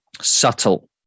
subtle